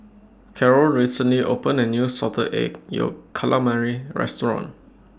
Karol recently opened A New Salted Egg Yolk Calamari Restaurant